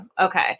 Okay